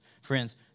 friends